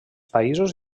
països